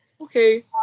Okay